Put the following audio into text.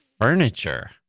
furniture